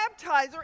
baptizer